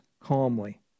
calmly